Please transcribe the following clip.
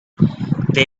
they